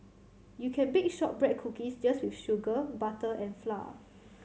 you can bake shortbread cookies just with sugar butter and flour